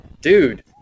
Dude